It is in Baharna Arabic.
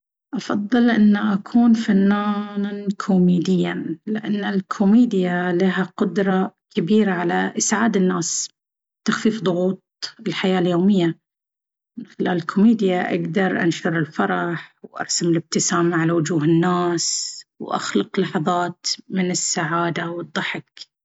أفضل أن أكون فنانًا كوميديًا. لأن الكوميديا لها قدرة كبيرة على إسعاد الناس، وتخفيف ضغوط الحياة اليومية. من خلال الكوميديا، أقدر أنشر الفرح وأرسم الابتسامة على وجوه الناس، وأخلق لحظات من السعادة والضحك.